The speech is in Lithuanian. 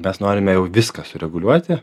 mes norime jau viską sureguliuoti